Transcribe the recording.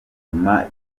nyuma